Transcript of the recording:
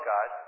God